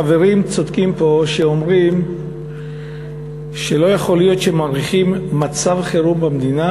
חברים צודקים פה כשהם אומרים שלא יכול להיות שמאריכים מצב חירום במדינה